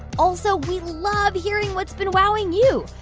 also, we love hearing what's been wowing you.